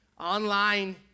online